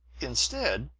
instead,